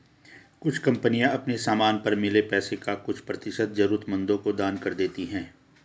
कुछ कंपनियां अपने समान पर मिले पैसे का कुछ प्रतिशत जरूरतमंदों को दान कर देती हैं